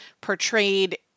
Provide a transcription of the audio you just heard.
portrayed